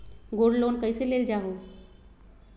Gold loan कईसे लेल जाहु?